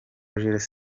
jules